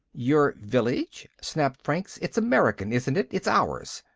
your village? snapped franks. it's american, isn't it? it's ours!